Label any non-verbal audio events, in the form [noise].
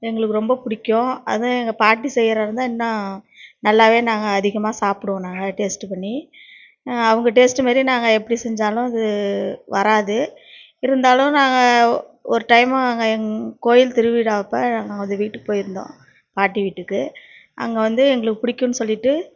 எங்களுக்கு ரொம்ப பிடிக்கும் அதுவும் எங்கள் பாட்டி செய்றதாருந்தா இன்னும் நல்லாவே நாங்கள் அதிகமாக சாப்பிடுவோம் நாங்கள் டேஸ்ட் பண்ணி அவங்க டேஸ்ட் மாரியே நாங்கள் எப்படி செஞ்சாலும் அது வராது இருந்தாலும் நாங்கள் ஒரு டைம் நாங்கள் எங்கள் கோவில் திருவிழா அப்போ நாங்கள் [unintelligible] வீட்டுக்கு போயிருந்தோம் பாட்டி வீட்டுக்கு அங்கே வந்து எங்களுக்கு பிடிக்குனு சொல்லிவிட்டு